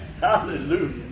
Hallelujah